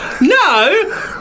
No